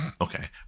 Okay